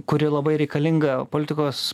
kuri labai reikalinga politikos